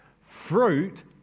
Fruit